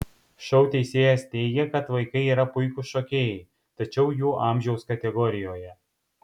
šou teisėjas teigė kad vaikai yra puikūs šokėjai tačiau jų amžiaus kategorijoje